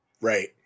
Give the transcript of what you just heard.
Right